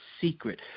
secret